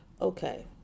okay